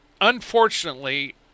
unfortunately